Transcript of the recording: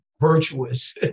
virtuous